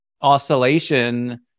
oscillation